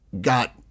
got